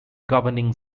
governing